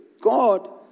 God